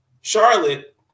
Charlotte